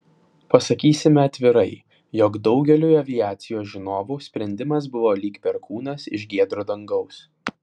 pasakysime atvirai jog daugeliui aviacijos žinovų sprendimas buvo lyg perkūnas iš giedro dangaus